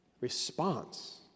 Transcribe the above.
response